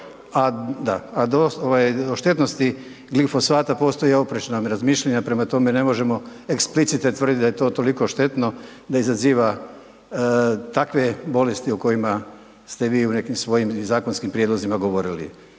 A o štetnosti glifosata postoje oprečna razmišljanja, prema tome ne možemo eksplicitet tvrditi da je to toliko štetno da izaziva takve bolesti o kojima ste vi u nekim svojim i zakonskim prijedlozima govorili.